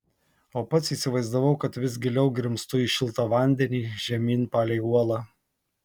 o pats įsivaizdavau kad vis giliau grimztu į šiltą vandenį žemyn palei uolą